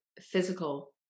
physical